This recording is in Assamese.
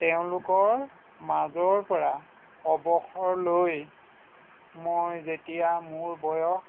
তেওঁলোকৰ মাজৰ পৰা অৱসৰ লৈ মই যেতিয়া মোৰ বয়স